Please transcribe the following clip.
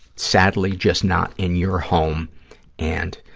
sadly just not in your home and